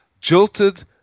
jilted